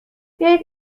بیایید